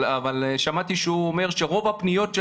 אבל שמעתי שהוא אומר שרוב הפניות של